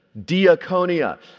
diaconia